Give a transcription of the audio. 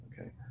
okay